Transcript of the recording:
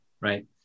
Right